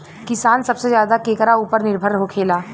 किसान सबसे ज्यादा केकरा ऊपर निर्भर होखेला?